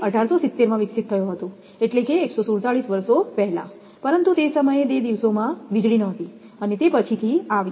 તે 1870 માં વિકસિત થયો હતો એટલે કે 147 વર્ષો પહેલા પરંતુ તે સમયે તે દિવસોમાં વીજળી ન હતી તે પછીથી આવી